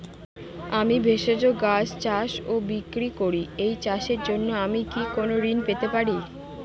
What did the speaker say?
আমি ভেষজ গাছ চাষ ও বিক্রয় করি এই চাষের জন্য আমি কি কোন ঋণ পেতে পারি?